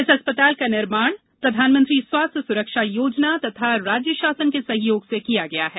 इस अस्पताल का निर्माण प्रधानमंत्री स्वास्थ्य सुरक्षा योजना तथा राज्य शासन के सहयोग से किया गया है